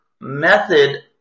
method